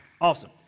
awesome